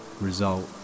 result